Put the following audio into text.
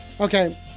Okay